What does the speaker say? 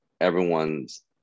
everyone's